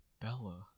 Bella